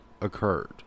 occurred